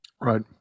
Right